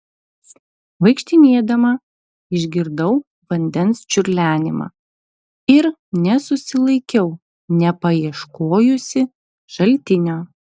vaikštinėdama išgirdau vandens čiurlenimą ir nesusilaikiau nepaieškojusi šaltinio